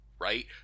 right